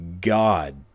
God